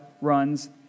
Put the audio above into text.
runs